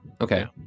Okay